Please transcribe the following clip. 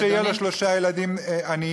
והוא צריך שיהיו לו שלושה ילדים עניים.